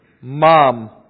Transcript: Mom